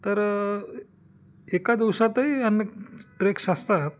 तर एका दिवसातही अनेक ट्रेक्स असतात